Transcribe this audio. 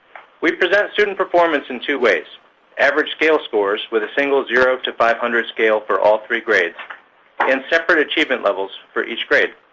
we present student performance in two ways average scale scores with a single zero to five hundred scale for all three grades and separate achievement levels for each grade.